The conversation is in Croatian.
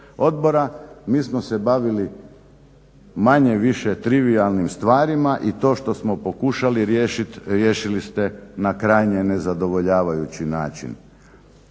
mi smo se bavili manje-više trivijalnim stvarima i to što smo pokušali riješiti riješili ste na krajnje nezadovoljavajući način.